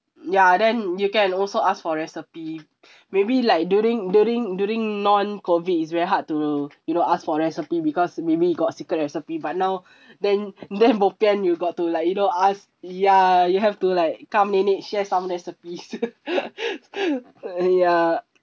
ya then you can also ask for recipe maybe like during during during non COVID it's very hard to you know ask for recipe because maybe you got secret recipe but now then then bopian you've got to like you know ask ya you have to like come nenek share some recipes ya